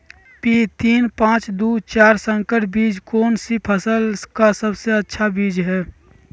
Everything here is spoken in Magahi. पी तीन पांच दू चार संकर बीज कौन सी फसल का सबसे अच्छी बीज है?